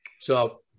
So-